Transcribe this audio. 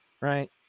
right